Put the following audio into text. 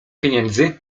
pieniędzy